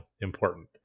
important